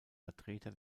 vertreter